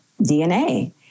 DNA